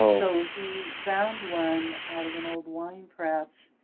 so he found one out of an old wine press.